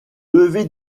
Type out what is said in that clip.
lever